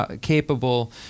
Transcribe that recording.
capable